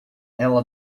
ela